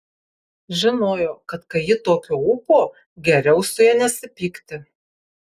žinojo kad kai ji tokio ūpo geriau su ja nesipykti